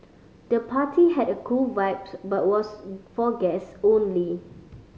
the party had a cool vibe but was for guests only